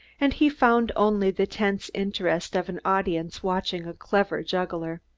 and he found only the tense interest of an audience watching a clever juggler.